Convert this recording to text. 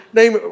name